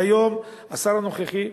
והיום השר הנוכחי,